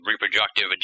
reproductive